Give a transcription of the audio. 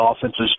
offenses